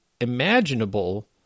imaginable